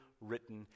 written